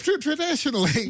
Traditionally